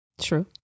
True